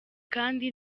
kandi